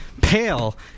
pale